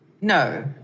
No